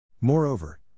Moreover